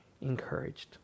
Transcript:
encouraged